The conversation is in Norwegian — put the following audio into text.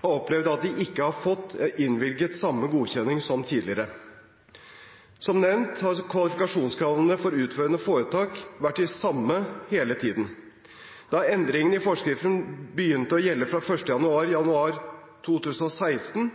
at de ikke har fått innvilget samme godkjenning som tidligere. Som nevnt har kvalifikasjonskravene for utførende foretak vært de samme hele tiden. Da endringene i forskriften begynte å gjelde fra 1. januar 2016,